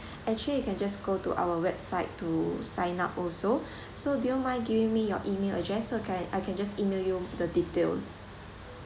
actually you can just go to our website to sign up also so do you mind giving me your email address so I can I can just email you the details